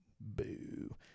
boo